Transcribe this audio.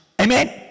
Amen